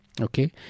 Okay